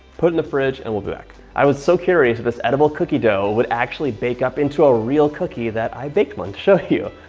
put it in the fridge and we'll be back. i was so curious if this edible cookie dough would actually bake up into a real cookie that i baked one to show you.